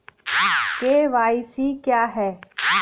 KYC क्या है?